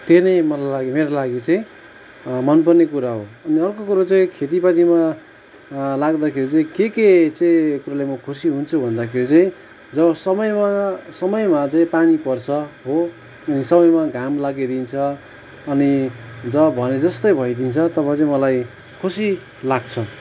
त्यो नै मलाई मेरो लागि चाहिँ मनपर्ने कुरा हो अनि अर्को कुरो चाहिँ खेतिपातीमा लाग्दखेरि चाहिँ के के चाहिँ कुराले म खुसी हुन्छु भन्दाखेरि चाहिँ जब समय समयमा चाहिँ पानी पर्छ हो अनि समयमा घाम लागिदिन्छ अनि जब भनेको जस्तै भइदिन्छ तब चाहिँ मलाई खुसी लाग्छ